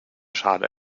schale